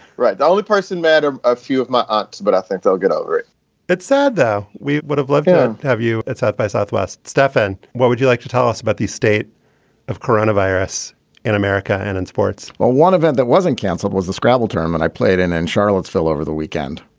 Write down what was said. right. the only person matter a few of my art, but i think they'll get over it it's sad, though. i would have loved to have you. it's up by southwest. stefan, what would you like to tell us about the state of coronavirus in america and in sports? well, one event that wasn't canceled was the scrabble term. and i played in in charlottesville over the weekend.